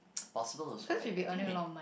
possible also I I think we